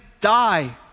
Die